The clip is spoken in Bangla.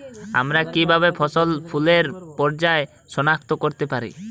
আমরা কিভাবে ফসলে ফুলের পর্যায় সনাক্ত করতে পারি?